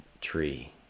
tree